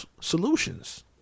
solutions